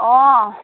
অঁ